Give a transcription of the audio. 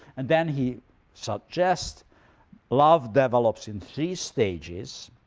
and then he suggests love develops in three stages.